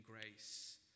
grace